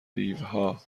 دیوها